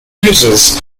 uses